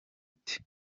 ite